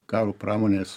karo pramonės